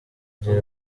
gihe